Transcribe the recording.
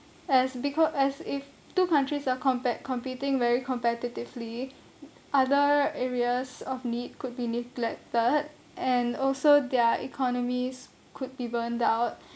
as becau~ as if two countries are compe~ competing very competitively other areas of need could be neglected and also their economies could be burned out